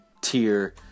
tier